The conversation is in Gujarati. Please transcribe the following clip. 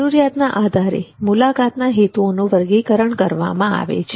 જરૂરિયાતના આધારે મુલાકાતના હેતુઓનું વર્ગીકરણ કરવામાં આવે છે